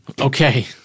Okay